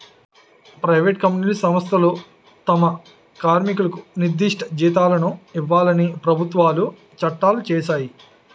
private కంపెనీలు సంస్థలు తమ కార్మికులకు నిర్దిష్ట జీతాలను ఇవ్వాలని ప్రభుత్వాలు చట్టాలు చేశాయి